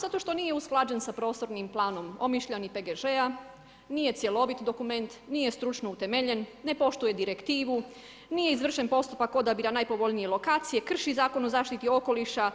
Zato što nije usklađen sa prostornim planom Omišlja ni PGŽ-a, nije cjeloviti dokument, nije stručno utemeljen, ne poštuje direktivu, nije izvršen postupka odabira najpovoljnije lokacije, krši Zakon o zaštiti okoliša,